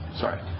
Sorry